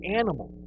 animal